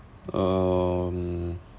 um